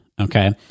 Okay